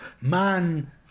man